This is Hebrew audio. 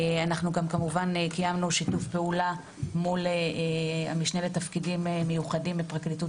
קיימנו שיתוף פעולה מול המשנה לתפקידים מיוחדים בפרקליטות